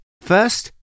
First